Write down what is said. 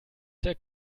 der